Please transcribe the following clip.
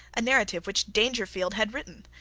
a narrative which dangerfield had written.